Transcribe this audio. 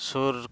ᱥᱩᱨ